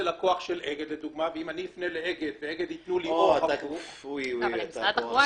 שעשוי לקדם תחבורה